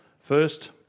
First